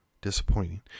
disappointing